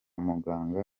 muganga